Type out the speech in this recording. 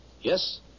Yes